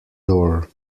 door